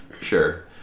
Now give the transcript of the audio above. sure